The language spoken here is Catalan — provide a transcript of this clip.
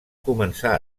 començar